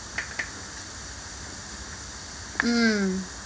mm